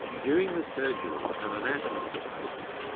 during the surgery, an anatomist was present,